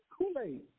Kool-Aid